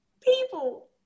people